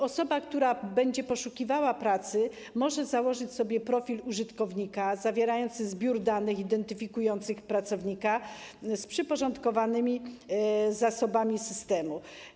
Osoba, która będzie poszukiwała pracy, może założyć sobie profil użytkownika, zawierający zbiór danych identyfikujących pracownika z przyporządkowanymi zasobami systemu.